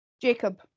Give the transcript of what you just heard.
Jacob